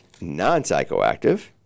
non-psychoactive